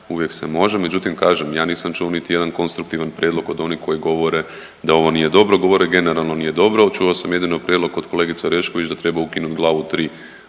uvijek se može. Međutim kažem ja nisam čuo niti jedan konstruktivan prijedlog od onih koji govore da ovo nije dobro, govore generalno nije dobro, čuo sam jedio prijedlog od kolegice Orešković da treba ukinut Glavu 3